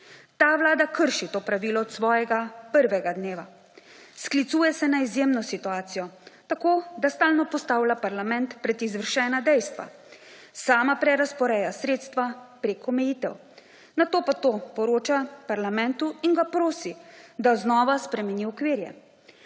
Ta vlada krši to pravilo od svojega prvega dneva. Sklicuje se na izjemno situacijo, tako da stalno postavlja parlament pred izvršena dejstva. Sama prerazporeja sredstva prek omejitev, nato pa o tem poroča parlamentu in ga prosi, da znova spremeni okvire.